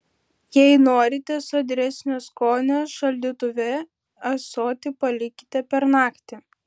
jei norite sodresnio skonio šaldytuve ąsotį palikite per naktį